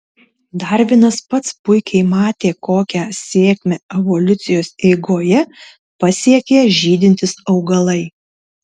darvinas pats puikiai matė kokią sėkmę evoliucijos eigoje pasiekė žydintys augalai